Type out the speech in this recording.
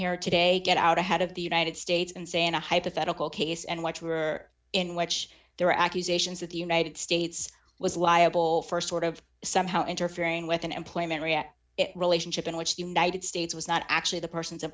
here today get out ahead of the united states and say in a hypothetical case and what you are in which there are accusations that the united states was liable for sort of somehow interfering with an employment react relationship in which the united states was not actually the person's